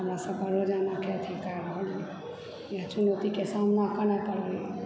हमरा सभकेँ रोजानाके अथीके चुनौतीके सामना करय पड़ैए